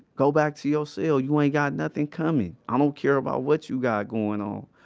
go back to your cell. you ain't got nothing coming. i don't care about what you got going on.